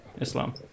Islam